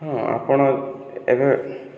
ହଁ ଆପଣ ଏବେ